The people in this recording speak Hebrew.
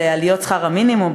של העלאות שכר המינימום,